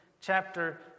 chapter